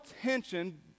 tension